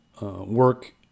work